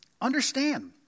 Understand